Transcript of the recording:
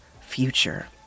future